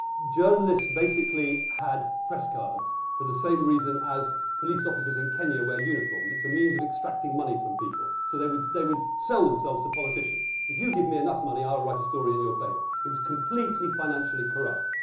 journalists basically had press cards for the same reason as police officers in kenya wear uniforms. it's a means of extracting money from people. so they would they would sell themselves to politicians. if you give me enough money, i'll write a story in your favor. it was completely financially corrupt.